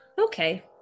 Okay